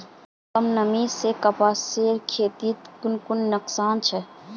कम नमी से कपासेर खेतीत की की नुकसान छे?